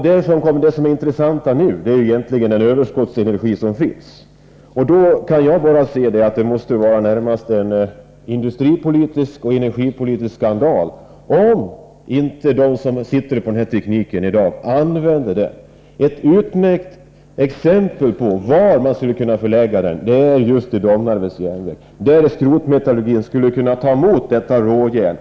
Det som egentligen är intressant är tillvaratagandet av den överskottsenergi som produceras. Det är närmast en industripolitisk och energipolitisk skandal om inte de som har den här tekniken i dag också använder den. Ett utmärkt exempel på var man skulle kunna använda tekniken är just Domnarvets järnverk, där skrotmetallurgin skulle kunna ta emot detta råjärn.